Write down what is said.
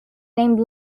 named